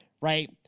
right